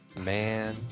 Man